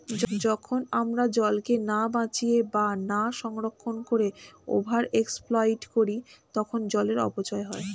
যখন আমরা জলকে না বাঁচিয়ে বা না সংরক্ষণ করে ওভার এক্সপ্লইট করি তখন জলের অপচয় হয়